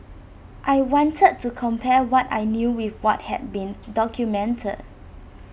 I wanted to compare what I knew with what had been documented